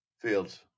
Fields